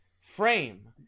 frame